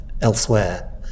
elsewhere